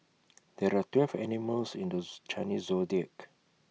there are twelve animals in those Chinese Zodiac